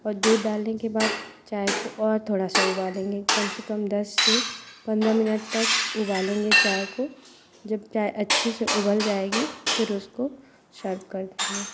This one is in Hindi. और दूध डालने के बाद चाय को और थोड़ा सा उबालेंगे कम से कम दस से पंद्रह मिनट तक उबालेंगे चाय को जब चाय अच्छे से उबल जाएगी फिर उसको सर्व कर देंगे